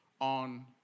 on